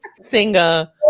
singer